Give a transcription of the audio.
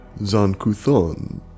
Zancuthon